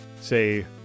say